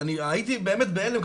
אני הייתי באמת בהלם,